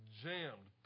jammed